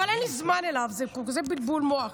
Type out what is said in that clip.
אבל אין לי זמן אליו, זה כזה בלבול מוח.